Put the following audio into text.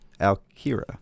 alkira